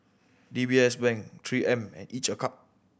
D B S Bank Three M and Each a Cup